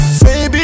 Baby